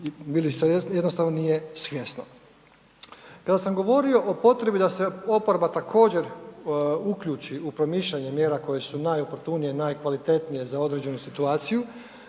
jednostavno nije svjesno. Kad sam govorio o potrebi da se oporba također uključi u promišljanje mjera koje su najoportunije, najkvalitetnije za određenu situaciju